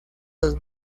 los